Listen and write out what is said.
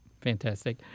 Fantastic